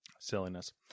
silliness